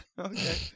Okay